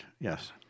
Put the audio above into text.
Yes